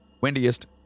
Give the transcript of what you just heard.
windiest